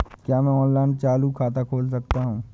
क्या मैं ऑनलाइन चालू खाता खोल सकता हूँ?